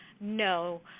no